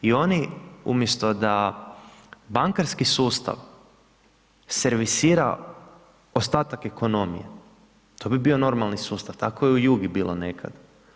I oni umjesto da bankarski sustav servisira ostatak ekonomije, to bi bio normalni sustav, tako je u Jugi bilo nekad.